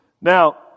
Now